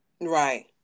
Right